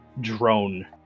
drone